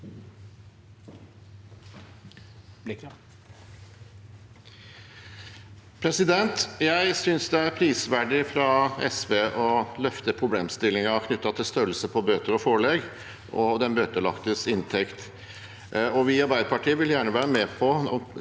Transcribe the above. Jeg synes det er prisver- dig av SV å løfte problemstillingen knyttet til størrelse på bøter og forelegg og den bøtelagtes inntekt. Vi i Arbeiderpartiet vil gjerne være med på